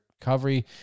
recovery